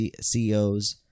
CEOs